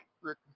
Rick